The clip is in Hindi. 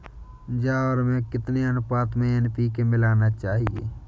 ज्वार में कितनी अनुपात में एन.पी.के मिलाना चाहिए?